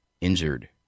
injured